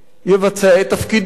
יבצע את תפקידו,